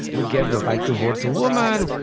we gave the right to vote to women,